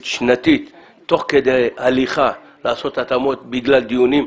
שנתית תוך כדי הליכה לעשות התאמות בגלל דיונים.